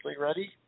ready